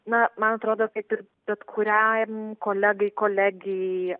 na man atrodo kad ir bet kuriam kolegai kolegei